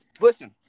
listen